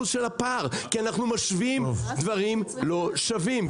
של הפער כי אנחנו משווים דברים לא שווים.